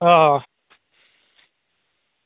आं